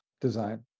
Design